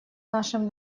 нашим